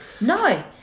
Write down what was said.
No